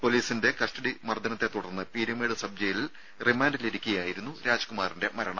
പൊലീസിന്റെ കസ്റ്റഡി മർദ്ദനത്തെത്തുടർന്ന് പീരുമേട് സബ് ജയിലിൽ റിമാൻഡിലിരിക്കെയായിരുന്നു രാജ്കുമാറിന്റെ മരണം